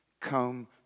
Come